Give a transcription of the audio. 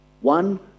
one